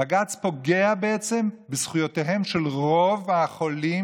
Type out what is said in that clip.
בג"ץ פוגע בעצם בזכויותיהם של רוב החולים,